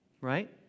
Right